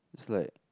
is like